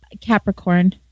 Capricorn